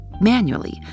manually